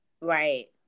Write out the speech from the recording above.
right